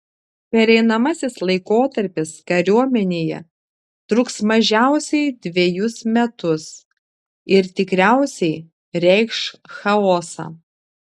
pereinamasis laikotarpis kariuomenėje truks mažiausiai dvejus metus ir tikriausiai reikš chaosą